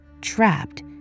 Trapped